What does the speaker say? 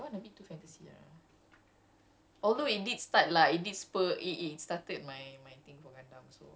ya but that one was okay but it was macam eh a bit too that one a bit too fantasy ah